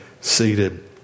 seated